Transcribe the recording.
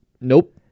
Nope